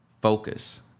focus